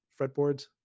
fretboards